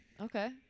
Okay